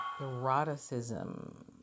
eroticism